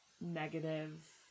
negative